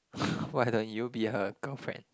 why don't you be her girlfriend